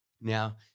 Now